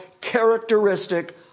characteristic